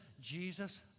Jesus